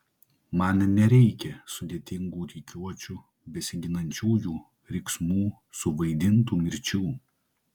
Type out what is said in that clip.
man nereikia sudėtingų rikiuočių besiginančiųjų riksmų suvaidintų mirčių